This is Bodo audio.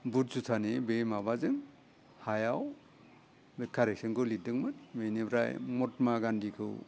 बुट जुतानि बे माबाजों हायाव बे करेक्टसनखौ लिरदोंमोन बिनिफ्राय महात्मा गान्धीखौ